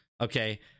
Okay